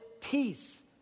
peace